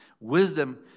Wisdom